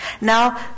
Now